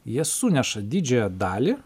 jie suneša didžiąją dalį